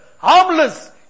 harmless